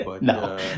No